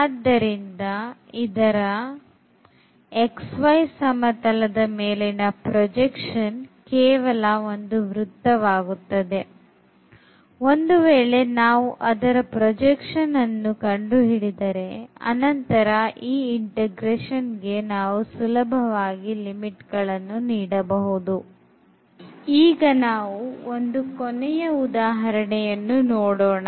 ಆದ್ದರಿಂದ ಇದರ xyಸಮತಲದ ಮೇಲಿನ ಪ್ರೊಜೆಕ್ಷನ್ ಕೇವಲ ಒಂದು ವೃತ್ತವಾಗುತ್ತದೆ ಒಂದು ವೇಳೆ ನಾವು ಅದರ ಪ್ರೊಜೆಕ್ಷನ್ ಅನ್ನು ಕಂಡುಹಿಡಿದರೆ ಅನಂತರ ಈ integrationಗೆ ನಾವು ಸುಲಭವಾಗಿ ಲಿಮಿಟ್ ಗಳನ್ನು ನೀಡಬಹುದು ಈಗ ನಾವು ಒಂದು ಕೊನೆಯ ಉದಾಹರಣೆಯನ್ನು ನೋಡೋಣ